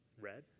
Red